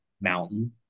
mountain